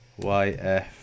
YF